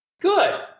Good